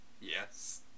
Yes